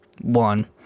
one